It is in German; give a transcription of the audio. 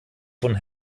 von